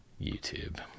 YouTube